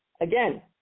Again